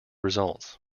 results